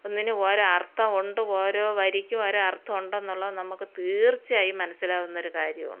ഒന്നിന് ഓരോ അർത്ഥം ഉണ്ട് ഓരോ വരിക്കും ഓരോ അർത്ഥം ഉണ്ടെന്നുള്ളത് നമുക്ക് തീർച്ചയായും മനസ്സിലാവുന്നൊരു കാര്യമാണ്